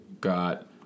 got